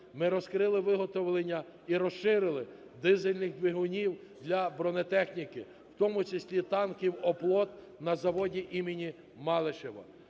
Ми розкрили виготовлення і розширили дизельних двигунів для бронетехніки, в тому числі танків "Оплот" на заводі імені Малишева,